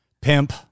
pimp